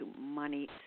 money